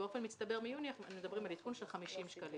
ובאופן מצטבר מיוני אנחנו מדברים על עדכון של 50 שקלים.